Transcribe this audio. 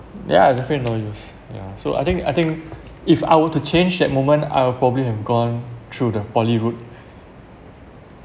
yeah definitely no use ya so I think I think if I were to change that moment I would probably have gone through the poly route